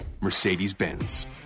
Mercedes-Benz